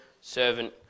servant